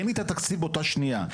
אין לי את התקציב באותה שניה.